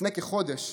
לפני כחודש,